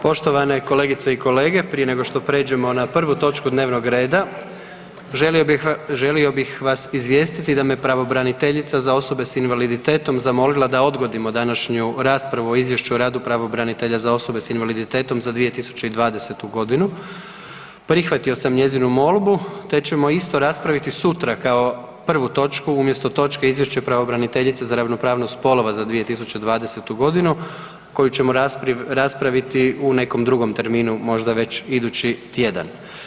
Poštovane kolegice i kolege, prije nego što pređemo na prvu točku dnevnog reda želio bih vas izvijestiti da me pravobraniteljica za osobe s invaliditetom zamolila da odgodimo današnju raspravu o Izvješću o radu pravobranitelja za osobe s invaliditetom za 2020.g. Prihvatio sam njezinu molbu, te ćemo isto raspraviti sutra kao prvu točku umjesto točke Izvješće pravobraniteljice za ravnopravnost spolova za 2020.g. koju ćemo raspraviti u nekom drugom terminu, možda već idući tjedan.